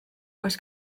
oes